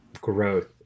growth